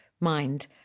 mind